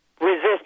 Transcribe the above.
resist